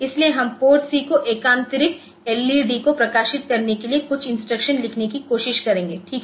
इसलिए हम PORTC में एकान्तरिक एल ई डी को प्रकाशित करने के लिए कुछ इंस्ट्रक्शन लिखने की कोशिश करेंगे ठीक है